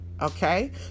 okay